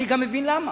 אני גם מבין למה.